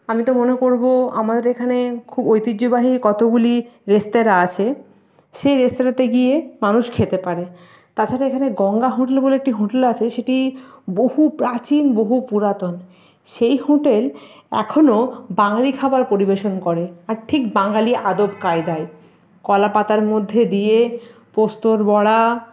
আমি তো মনে করবো আমাদের এখানে খুব ঐতিহ্যবাহী কতগুলি রেস্তেরাঁ আছে সেই রেস্তেরাঁতে গিয়ে মানুষ খেতে পারে তাছাড়া এখানে গঙ্গা হোটেল বলে একটি হোটেল আছে সেটি বহু প্রাচীন বহু পুরাতন সেই হোটেল এখনও বাঙালি খাবার পরিবেশন করে আর ঠিক বাঙালি আদব কায়দায় কলাপাতার মধ্যে দিয়ে পোস্তর বড়া